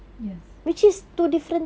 yes